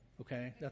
okay